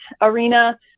arena